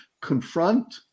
confront